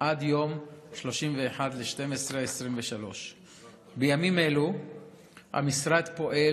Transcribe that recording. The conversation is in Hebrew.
עד 31 בדצמבר 2023. בימים אלה המשרד פועל